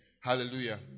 Hallelujah